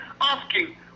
asking